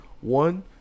one